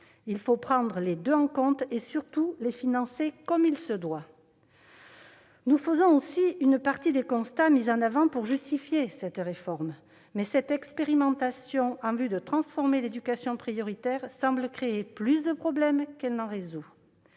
Il faut prendre les deux en compte et, surtout, les financer comme il se doit. Nous faisons nôtre également une partie des constats mis en avant pour justifier cette réforme, mais cette expérimentation en vue de transformer l'éducation prioritaire semble créer plus de problèmes qu'elle n'en résout.